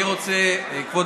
כבוד